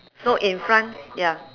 so in front ya